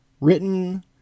Written